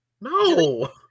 No